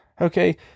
Okay